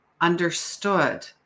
understood